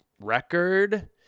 record